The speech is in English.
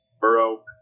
Burrow